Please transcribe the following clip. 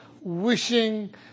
wishing